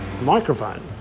microphone